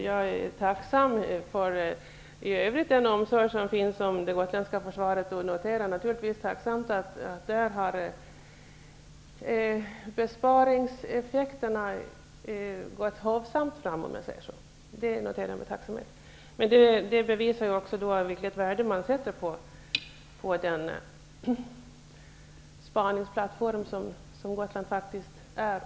Jag är tacksam för omsorgen i övrigt om det gotländska försvaret, och jag noterar att besparingseffekterna där har varit hovsamma. Men det bevisar också vilket värde man sätter på den spaningsplattform som Gotland utgör.